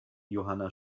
johanna